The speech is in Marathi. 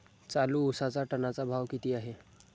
चालू उसाचा टनाचा भाव किती आहे?